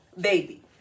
Baby